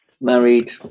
married